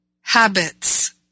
habits